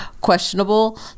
questionable